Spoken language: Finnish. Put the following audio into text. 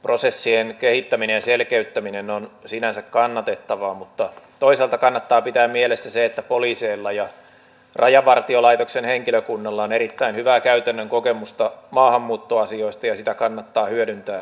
prosessien kehittäminen ja selkeyttäminen on sinänsä kannatettavaa mutta toisaalta kannattaa pitää mielessä se että poliiseilla ja rajavartiolaitoksen henkilökunnalla on erittäin hyvää käytännön kokemusta maahanmuuttoasioista ja sitä kannattaa hyödyntää jatkossakin